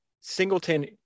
singleton